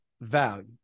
value